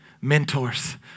Mentors